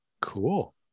cool